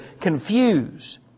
confuse